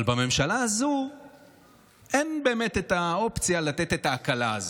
אבל בממשלה הזאת אין באמת את האופציה לתת את ההקלה הזאת.